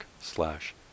slash